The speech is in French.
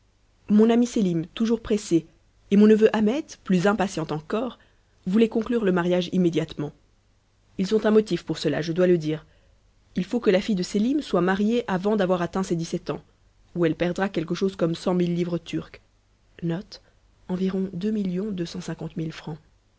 mon ami sélim toujours pressé et mon neveu ahmet plus impatient encore voulaient conclure le mariage immédiatement ils ont un motif pour cela je dois le dire il faut que la fille de sélim soit mariée avant d'avoir atteint ses dix-sept ans ou elle perdra quelque chose comme cent mille livres turques